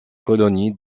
colonies